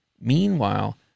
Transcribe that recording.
Meanwhile